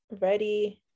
ready